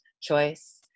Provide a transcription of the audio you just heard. choice